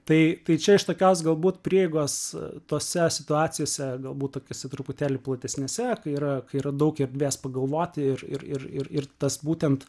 tai tai čia iš tokios galbūt prieigos tose situacijose galbūt tokiose truputėlį platesnėse kai yra kai yra daug erdvės pagalvoti ir ir ir ir tas būtent